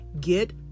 get